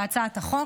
בהצעת החוק.